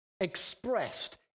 expressed